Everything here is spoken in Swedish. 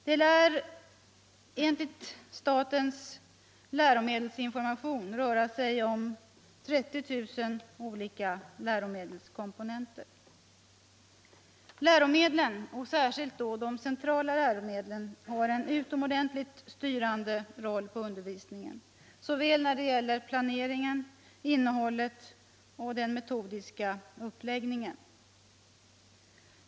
Det lär enligt statens läromedelsinformation röra sig om 30 000 olika liromedelskomponenter. Läromedlen, särskilt de centrala läromedlen, har en utomordentligt styrande roll i undervisningen, såväl när det gäller planeringen som i fråga om innehållet och den metodiska uppläggningen.